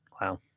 Wow